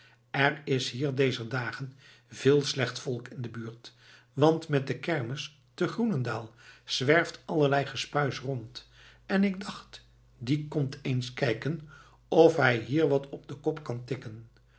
er is hier dezer dagen veel slecht volk in de buurt want met de kermis te groenendaal zwerft allerlei gespuis rond en ik dacht die komt eens kijken of hij hier wat op den kop kan tikken